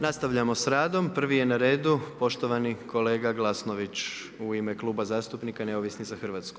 Nastavljamo s radom, prvi je na redu, poštovani kolega Glasnović, u ime Kluba zastupnika Neovisni za Hrvatsku.